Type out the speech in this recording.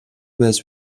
байж